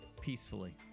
peacefully